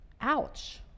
Ouch